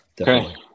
okay